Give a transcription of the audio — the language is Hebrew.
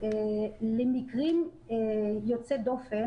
למקרים יוצאי דופן,